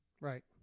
Right